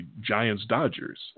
Giants-Dodgers